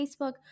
Facebook